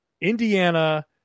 Indiana